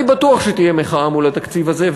אני בטוח שתהיה מחאה מול התקציב הזה,